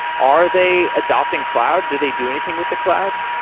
are they adopting cloud? do they do anything with the cloud?